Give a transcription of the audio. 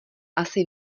asi